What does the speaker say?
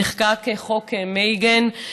נחקק "חוק מייגן",